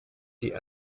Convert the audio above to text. die